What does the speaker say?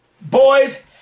Boys